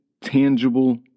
tangible